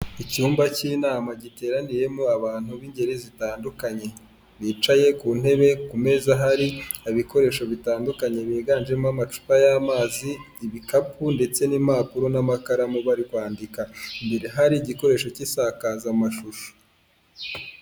Icyumba cy'inama giteraniyemo abantu b'ingeri zitandukanye, bicaye ku ntebe ku meza hari ibikoresho bitandukanye biganjemo amacupa y'amazi, ibikapu ndetse n'impapuro n'amakaramu bari kwandika, imbere hari igikoresho cy'isakazamashusho.